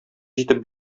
җитеп